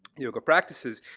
yoga practices,